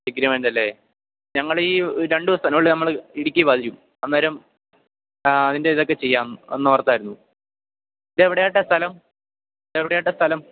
agreement അല്ലെ ഞങ്ങൾ ഈ രണ്ട് ദിവസത്തിനുള്ളിൽ നമ്മൾ ഇടുക്കിയിൽ വരും അന്നേരം ആ അതിൻ്റെ ഇതൊക്കെ ചെയ്യാം എന്നോർത്തായിരുന്നു ഇത് എവിടെയായിട്ടാണ് സ്ഥലം ഇത് എവിടെയായിട്ടാണ് സ്ഥലം